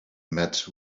met